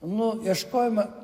nu ieškojome